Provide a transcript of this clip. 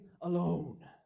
alone